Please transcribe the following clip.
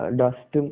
dust